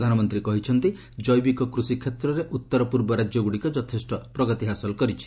ପ୍ରଧାନମନ୍ତୀ କହିଛନ୍ତି ଜୈବିକ କୃଷିକ୍ଷେତ୍ରରେ ଉଉର ପୂର୍ବ ରାଜ୍ୟଗୁଡ଼ିକ ଯଥେଷ ପ୍ରଗତି ହାସଲ କରିଛନ୍ତି